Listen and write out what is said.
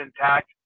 intact